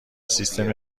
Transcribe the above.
سیستم